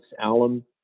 alum